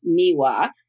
Miwa